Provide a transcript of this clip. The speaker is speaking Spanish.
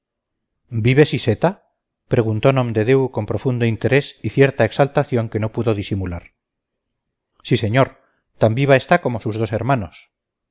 vive siseta preguntó nomdedeu con profundo interés y cierta exaltación que no pudo disimular sí señor tan viva está como sus dos hermanos